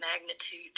magnitude